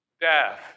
death